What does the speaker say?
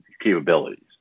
capabilities